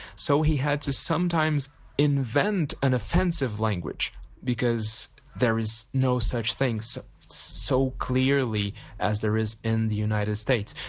so he had to sometimes invent an offensive language because there is no such thing so so clearly as there is in the united states.